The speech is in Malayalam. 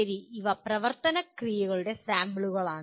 ശരി ഇവ പ്രവർത്തന ക്രിയകളുടെ സാമ്പിളുകളാണ്